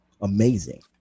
amazing